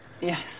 Yes